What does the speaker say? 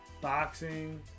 boxing